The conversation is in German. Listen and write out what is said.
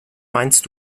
meinst